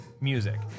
music